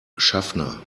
schaffner